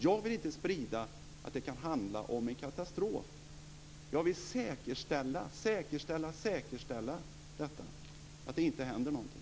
Jag vill inte sprida att det kan handla om en katastrof; jag vill säkerställa, säkerställa och säkerställa att det inte händer någonting.